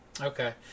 Okay